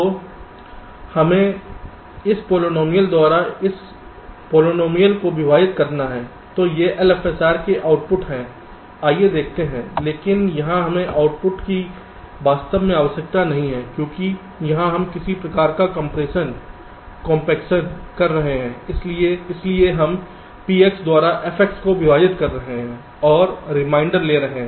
तो हमें इस पॉलिनॉमियल द्वारा इस बहुपद को विभाजित करना है और ये LFSR के आउटपुट हैं आइए देखते हैं लेकिन यहां हमें आउटपुट की वास्तव में आवश्यकता नहीं है क्योंकि यहां हम किसी प्रकार का कंप्रेशन कॉम्पेक्शन कर रहे हैं इसलिए हम PX द्वारा FX को विभाजित कर रहे हैं और रिमाइंडर ले रहे हैं